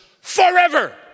forever